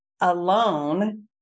Alone